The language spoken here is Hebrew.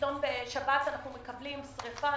פתאום בשבת אנחנו מקבלים שריפה.